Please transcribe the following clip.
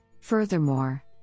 Furthermore